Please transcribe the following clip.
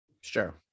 sure